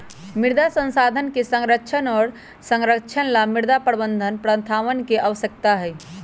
मृदा संसाधन के संरक्षण और संरक्षण ला मृदा प्रबंधन प्रथावन के आवश्यकता हई